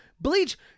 Bleach